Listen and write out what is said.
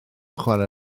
chwarae